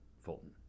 Fulton